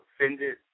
offended